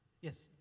Yes